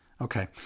Okay